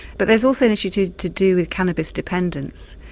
but there's also an issue to to do with cannabis dependence.